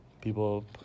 People